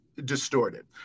Distorted